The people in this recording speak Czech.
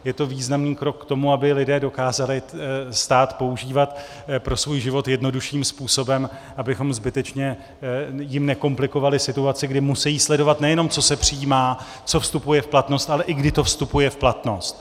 Je to významný krok k tomu, aby lidé dokázali stát používat pro svůj život jednodušším způsobem, abychom jim zbytečně nekomplikovali situaci, kdy musí sledovat, nejenom co se přijímá, co vstupuje v platnost, ale i kdy to vstupuje v platnost.